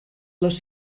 les